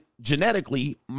genetically